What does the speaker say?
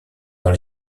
dans